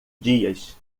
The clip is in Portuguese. dias